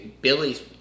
Billy's